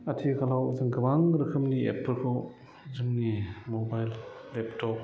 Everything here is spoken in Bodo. आथिखालाव जों गोबां रोखोमनि एपफोरखौ जोंनि मबाइल लेपटप